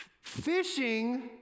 Fishing